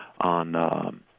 on